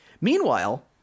Meanwhile